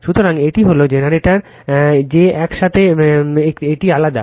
সুতরাং এটি হল জেনারেটর যে একসাথে এটি আলাদা